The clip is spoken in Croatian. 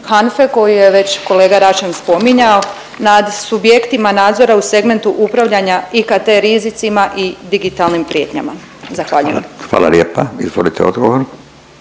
HANFE koje je već kolega Račan spominjao nad subjektima nadzora u segmentu upravljanja IKT rizicima i digitalnim prijetnjama. Zahvaljujem. **Radin, Furio